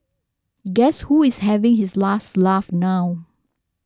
guess who is having his last laugh now